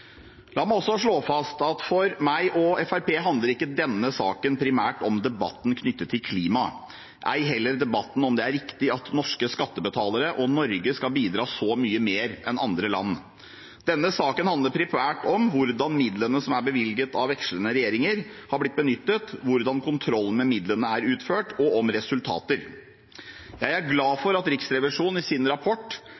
La meg også slå fast at for meg og Fremskrittspartiet handler ikke denne saken primært om debatten knyttet til klima, ei heller debatten om det er riktig at norske skattebetalere og Norge skal bidra så mye mer enn andre land. Denne saken handler primært om hvordan midlene som er bevilget av vekslende regjeringer, har blitt benyttet, hvordan kontrollen med midlene er utført, og om resultater. Jeg er glad